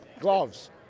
Gloves